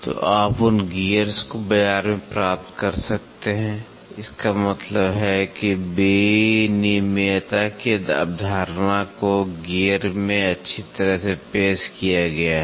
तो आप उन गियर्स को बाजार में प्राप्त कर सकते हैं इसका मतलब है कि विनिमेयता की अवधारणा को गियर में अच्छी तरह से पेश किया गया है